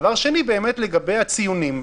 דבר שני, לגבי הציונים.